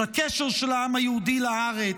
את הקשר של העם היהודי לארץ,